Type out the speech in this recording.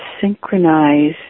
synchronize